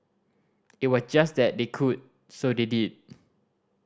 it was just that they could so they did